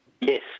Yes